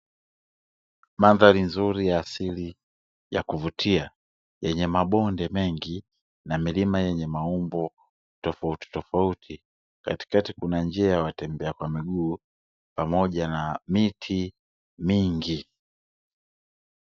Mandhari nzuri ya asili ya kuvutia yenye mabonde mengi na milima yenye maumbo tofauti tofauti katikati kuna njia ya watembea kwa miguu pamoja na miti mingi.